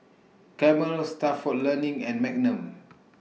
Camel Stalford Learning and Magnum